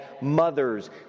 mothers